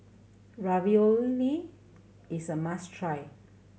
ravioli is a must try